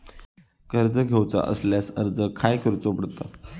कर्ज घेऊचा असल्यास अर्ज खाय करूचो पडता?